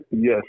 Yes